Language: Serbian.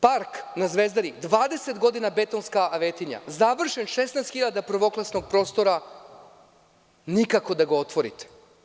Park na Zvezdari, 20 godina betonska avetinja, završen, 16.000 prvoklasnog prostora, nikako da ga otvorite.